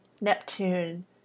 Neptune